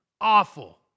Awful